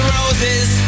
roses